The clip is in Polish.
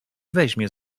weźmie